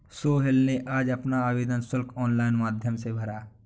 सोहेल ने आज अपना आवेदन शुल्क ऑनलाइन माध्यम से भरा